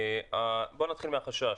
בוא נתחיל מהחשש.